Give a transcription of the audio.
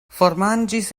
formanĝis